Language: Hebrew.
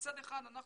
מצד אחד אנחנו,